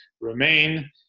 remain